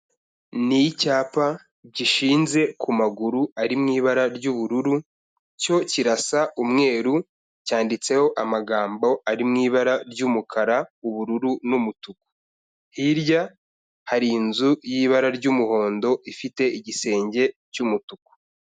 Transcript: Ni icyapa gishinze ku maguru ari mu ibara ry'ubururu cyo kirasa umweru cyanditseho amagambo ari mu ibara ry'umukara, ubururu n'umutuku. Hirya hari inzu y'ibara ry'umuhondo ifite igisenge cy'umutuku.